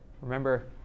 remember